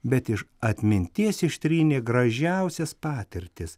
bet iš atminties ištrynė gražiausias patirtis